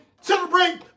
celebrate